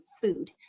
food